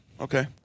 Okay